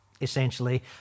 essentially